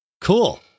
Cool